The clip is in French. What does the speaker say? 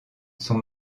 son